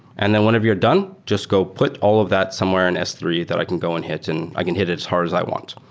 and then whenever you're done, just go put all of that somewhere in s three that i can go and hit and i can hit it as hard as i want.